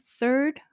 Third